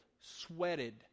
sweated